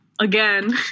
Again